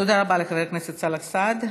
תודה רבה לחבר הכנסת סאלח סעד.